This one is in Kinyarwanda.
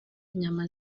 inyama